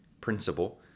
principle